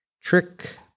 trick